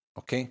ok